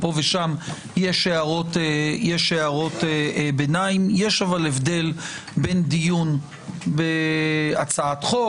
פה ושם יש הערות ביניים יש הבדל בין דיון בהצעת חוק